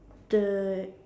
the